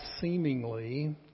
seemingly